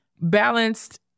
balanced